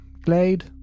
Glade